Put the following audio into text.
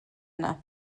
yna